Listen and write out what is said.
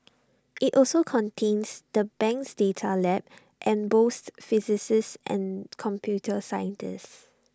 IT also contains the bank's data lab and boasts physicists and computer scientists